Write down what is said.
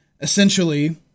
essentially